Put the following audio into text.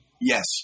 Yes